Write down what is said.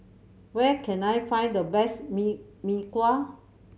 where can I find the best mee Mee Kuah